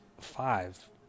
five